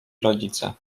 rodzice